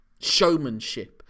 showmanship